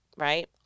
right